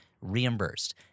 reimbursed